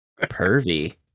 pervy